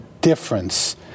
difference